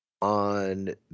on